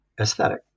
aesthetic